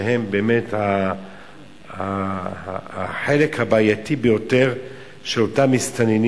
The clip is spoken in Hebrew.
שהם באמת החלק הבעייתי ביותר של אותם מסתננים